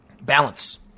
balance